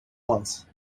once